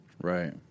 Right